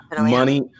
money